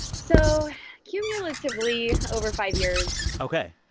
so cumulatively, over five years ok.